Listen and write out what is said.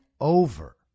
over